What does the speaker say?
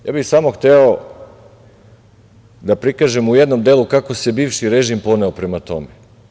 Samo bih hteo da prikažem u jednom delu kako se bivši reži poneo u tome.